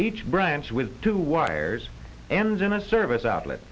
each branch with two wires and in a service outlet